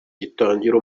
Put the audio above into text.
gitangira